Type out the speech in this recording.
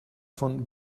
von